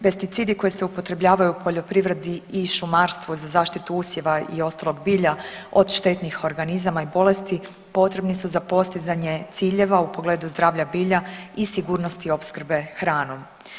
Pesticidi koji se upotrebljavaju u poljoprivredi i šumarstvu za zaštitu usjeva i ostalog bilja od štetnih organizama i bolesti potrebni su za postizanje ciljeva u pogledu zdravlja bilja i sigurnosti opskrbe hranom.